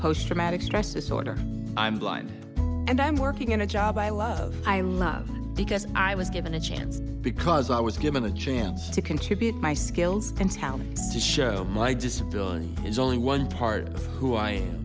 posttraumatic stress disorder i'm blind and i'm working in a job i love i love because i was given a chance because i was given the chance to contribute my skills and talents to show my disability is only one part of who i am